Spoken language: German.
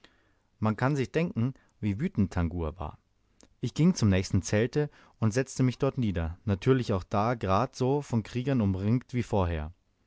man kann sich denken wie wütend tangua war ich ging zum nächsten zelte und setzte mich dort nieder natürlich auch da grad so von kriegern umringt wie vorher